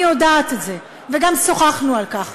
אני יודעת את זה, וגם שוחחנו על כך.